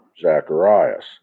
Zacharias